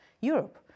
Europe